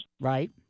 Right